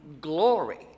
glory